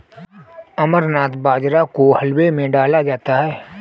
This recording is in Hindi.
अमरनाथ बाजरा को हलवे में डाला जाता है